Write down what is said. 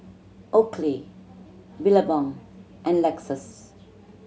Oakley Billabong and Lexus